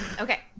Okay